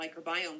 microbiome